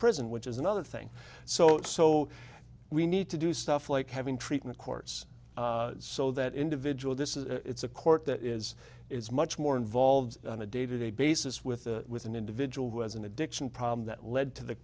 prison which is another thing so so we need to do stuff like having treatment courts so that individual this is a court that is is much more involved on a day to day basis with with an individual who has an addiction problem that led to the